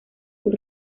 sus